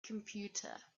computer